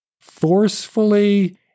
forcefully